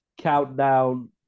countdown